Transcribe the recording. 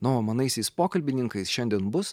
na o manaisiais pokalbininkais šiandien bus